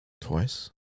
twice